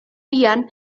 bian